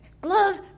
glove